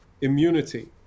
immunity